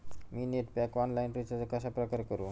मी net pack online recharge कशाप्रकारे करु?